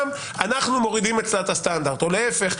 אנחנו מורידים אצלה את הסטנדרט או להפך.